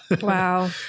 Wow